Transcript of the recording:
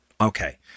Okay